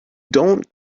don’t